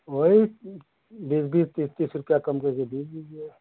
वही बीस बीस तीस तीस रुपया कम कर के दे दीजिए